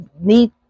need